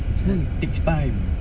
semua takes time